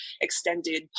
extended